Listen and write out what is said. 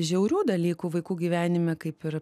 žiaurių dalykų vaikų gyvenime kaip ir